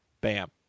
Bam